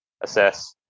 assess